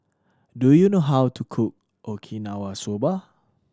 do you know how to cook Okinawa Soba